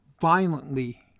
violently